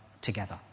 together